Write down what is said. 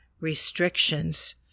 restrictions